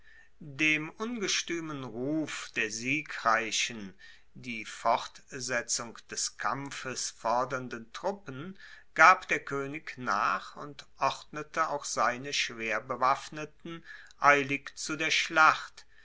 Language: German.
dem ungestuemen ruf der siegreichen die fortsetzung des kampfes fordernden truppen gab der koenig nach und ordnete auch seine schwerbewaffneten eilig zu der schlacht